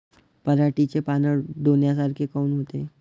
पराटीचे पानं डोन्यासारखे काऊन होते?